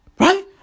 Right